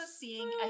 seeing